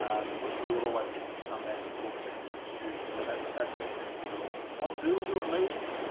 um what we will always get them to come back and talk about their experience so that's that's an exception to that all what do we do at meetings